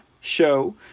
show